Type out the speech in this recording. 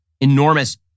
enormous